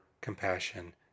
compassion